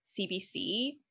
CBC